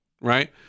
right